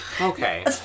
Okay